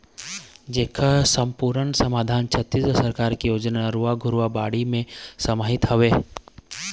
जेखर समपुरन समाधान छत्तीसगढ़ सरकार के योजना नरूवा, गरूवा, घुरूवा, बाड़ी म समाहित हवय